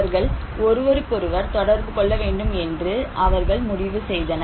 அவர்கள் ஒருவருக்கொருவர் தொடர்பு கொள்ள வேண்டும் என்று அவர்கள் முடிவு செய்தனர்